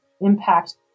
impact